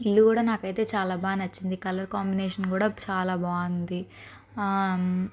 ఇల్లు కూడా నాకైతే చాలా బాగా నచ్చింది కలర్ కాంబినేషన్ కూడా చాలా బాగుంది